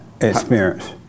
experience